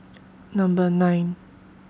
Number nine